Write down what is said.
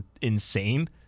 insane